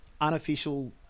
unofficial